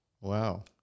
Wow